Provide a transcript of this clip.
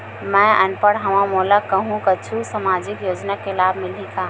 मैं अनपढ़ हाव मोला कुछ कहूं सामाजिक योजना के लाभ मिलही का?